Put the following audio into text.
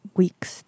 weeks